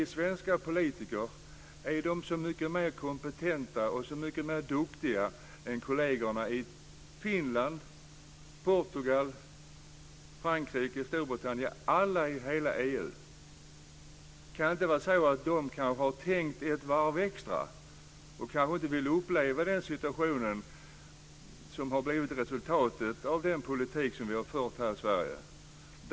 Är svenska politiker så mycket mer kompetenta och duktiga än kollegerna i Finland, Portugal, Frankrike, Storbritannien och alla andra länder i hela EU? Kan det inte vara så att de kanske har tänkt ett varv extra? De kanske inte vill uppleva den situationen som har blivit resultatet av den politik som vi har fört här i Sverige.